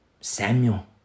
Samuel